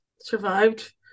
survived